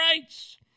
rights